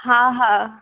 હા હા